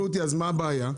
אז מה הבעיה?